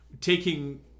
taking